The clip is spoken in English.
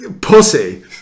Pussy